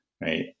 Right